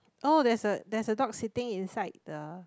oh there's a there's a dog sitting inside the